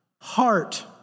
heart